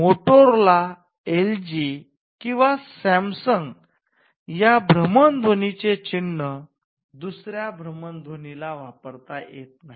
Motorola L G किंवा Samsung या भ्रमध्वनीचे चिन्ह दुसऱ्या भ्रमण ध्वनीला वापरता येत नाही